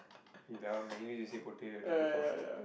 he that one mainly we